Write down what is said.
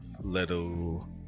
little